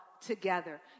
together